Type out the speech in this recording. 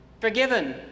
forgiven